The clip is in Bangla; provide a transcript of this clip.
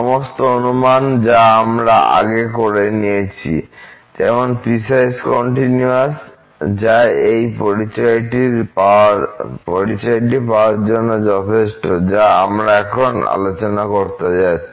সমস্ত অনুমান যা আমরা আগে নিয়েছি যেমন পিসওয়াইস কন্টিনিউয়াস যা এই পরিচয়টি পাওয়ার জন্য যথেষ্ট যা আমরা এখন আলোচনা করতে যাচ্ছি